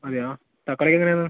അതെയോ തക്കാളിക്ക് എങ്ങനെയാണ്